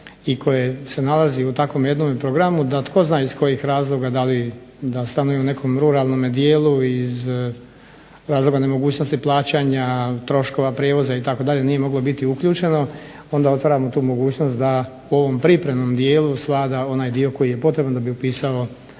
i koje se nalazi u takvom jednom programu da tko zna iz kojih razloga da li dal stanuje u nekom ruralnome dijelu, iz razloga nemogućnosti plaćanja troškova prijevoza itd. nije moglo biti uključeno onda otvaramo tu mogućnost da u ovom pripremnom dijelu svlada onaj dio koji je potreban da bi upisao